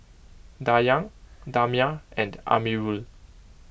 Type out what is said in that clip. Dayang Damia and Amirul